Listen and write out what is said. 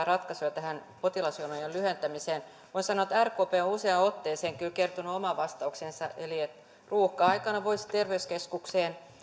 ratkaisuja potilasjonojen lyhentämiseen voin sanoa että rkp on useaan otteeseen kyllä kertonut oman vastauksensa eli sen että ruuhka aikana voisi terveyskeskukseen